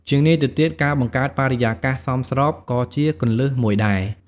ជាងនេះទៅទៀត ការបង្កើតបរិយាកាសសមស្រប ក៏ជាគន្លឹះមួយដែរ។